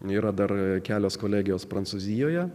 nėra dar kelios kolegijos prancūzijoje